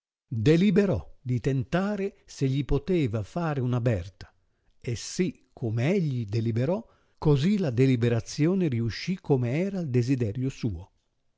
deliberò di tentare se gli poteva far una berta e sì come egli deliberò così la deliberazione riuscì come era il desiderio suo